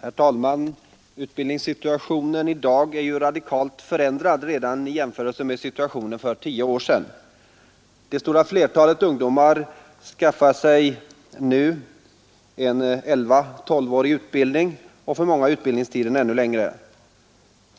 Herr talman! Utbildningssituationen i dag är radikalt förändrad redan i jämförelse med situationen för tio år sedan. Det stora flertalet ungdomar skaffar sig nu en elvatill tolvårig utbildning, och för många är utbildningstiden ännu längre.